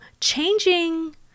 changing